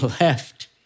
left